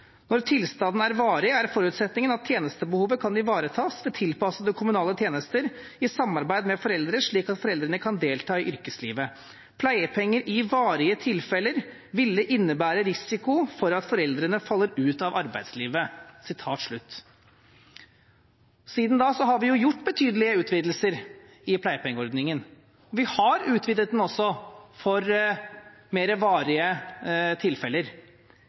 Når tilstanden er varig, er forutsetningen at tjenestebehovet kan ivaretas ved tilpassede kommunale tjenester i samarbeid med foreldre, slik at foreldrene kan delta i yrkeslivet. Pleiepenger i varige tilfeller ville innebære risiko for at foreldrene faller ut av arbeidslivet.» Siden da har vi gjort betydelige utvidelser i pleiepengeordningen. Vi har utvidet den også for mer varige tilfeller.